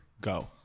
go